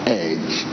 edge